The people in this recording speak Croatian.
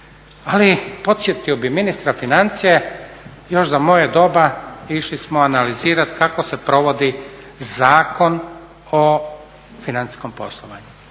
Ali podsjetio bih ministar financija još za moje doba išli smo analizirati kako se provodi Zakon o financijskom poslovanju,